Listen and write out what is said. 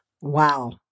Wow